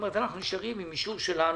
אנחנו נשארים עם אישור שלנו,